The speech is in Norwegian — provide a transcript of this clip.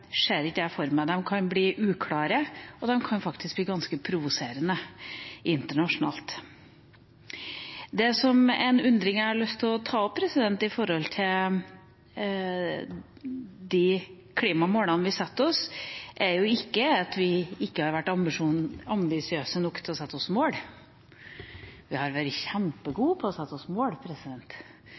ser jeg ikke for meg. De kan bli uklare, og de kan faktisk bli ganske provoserende internasjonalt. Jeg har lyst til å ta opp en undring med hensyn til de klimamålene vi setter oss, for det er jo ikke det at vi ikke har vært ambisiøse nok når det gjelder å sette oss mål, vi har vært kjempegode til å sette oss mål,